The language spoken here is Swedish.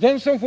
Tänk er en